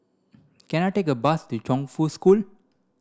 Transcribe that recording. can I take a bus to Chongfu School